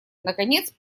наконец